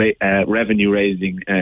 revenue-raising